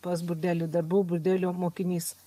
pas burdelį dar buvo burdelio mokinys